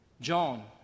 John